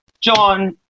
John